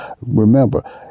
remember